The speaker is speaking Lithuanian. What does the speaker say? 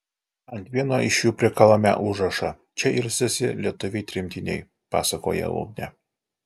ant vieno iš jų prikalame užrašą čia ilsisi lietuviai tremtiniai pasakoja ugnė